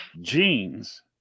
genes